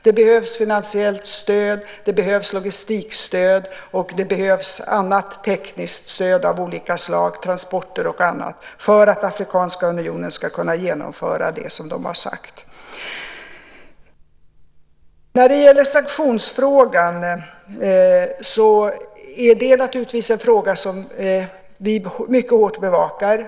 Det behövs finansiellt stöd, det behövs logistikstöd, det behövs tekniskt stöd av olika slag, transporter och annat för att Afrikanska unionen ska kunna genomföra det som de har sagt. Sanktionsfrågan är naturligtvis en fråga som vi mycket hårt bevakar.